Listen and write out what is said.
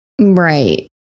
Right